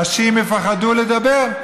אנשים יפחדו לדבר,